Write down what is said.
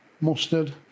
Mustard